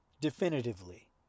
definitively